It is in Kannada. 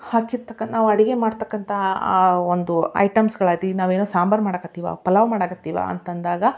ಹಾಕಿರತಕ್ಕ ನಾವು ಅಡುಗೆ ಮಾಡ್ತಕ್ಕಂಥ ಆ ಒಂದು ಐಟಮ್ಸುಗಳಾಯಿತು ಈಗ ನಾವು ಏನೋ ಸಾಂಬಾರು ಮಾಡೋಕತ್ತೀವಿ ಪಲಾವ್ ಮಾಡೋಕತ್ತೀವಿ ಅಂತಂದಾಗ